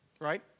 right